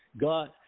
God